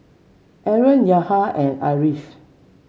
Aaron Yahya and Ariff